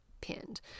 pinned